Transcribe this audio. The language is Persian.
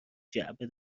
جعبه